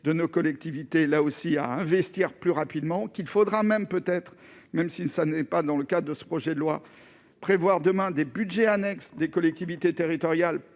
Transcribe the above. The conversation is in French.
de nos collectivités là aussi à investir plus rapidement qu'il faudra même peut-être même si ça n'est pas dans le cas de ce projet de loi prévoir demain des Budgets annexes des collectivités territoriales